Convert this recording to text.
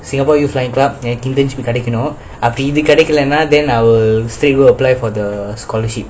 singapore youth flying club எனக்கு:enakku internship கிடைக்கனும் அப்டி இது கிடைக்கலன:kidaikanum apdi ithu kidaikalana then I will straight away apply for the scholarship